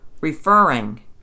referring